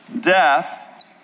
death